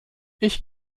ich